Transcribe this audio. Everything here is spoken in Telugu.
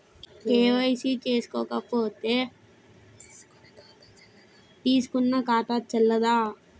కే.వై.సీ చేసుకోకపోతే తీసుకునే ఖాతా చెల్లదా?